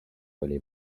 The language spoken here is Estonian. oli